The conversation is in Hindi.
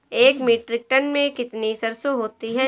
एक मीट्रिक टन में कितनी सरसों होती है?